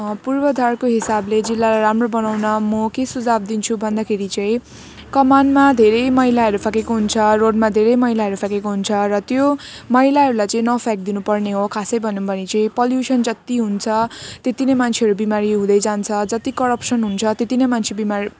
पूर्वधारको हिसाबले जिल्लालाई राम्रो बनाउन म के सुझाउ दिन्छु भन्दाखेरि चाहिँ कमानमा धेरै मैलाहरू फ्याँकेको हुन्छ रोडमा धेरै मैलाहरू फ्याँकेको हुन्छ र त्यो मैलाहरूलाई चाहिँ नफ्याँक्दिनु पर्ने हो खासै भनौँ भने चाहिँ पल्युसन जत्ति हुन्छ त्यति नै मान्छेहरू बिमारी हुँदै जान्छ जत्ति करप्सन हुन्छ त्यति नै मान्छे बिमार